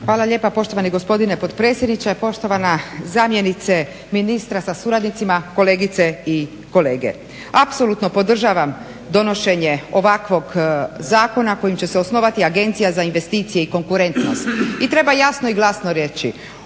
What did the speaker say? Hvala lijepa, poštovani gospodine potpredsjedniče. Poštovana zamjenice ministra sa suradnicima, kolegice i kolege. Apsolutno podržavam donošenje ovakvog zakona kojim će se osnovati Agencija za investicije i konkurentnost. I treba jasno i glasno reći,